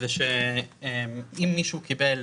זה שאם מישהו קיבל,